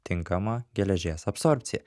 tinkamą geležies absorbciją